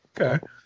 Okay